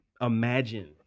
Imagine